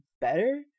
better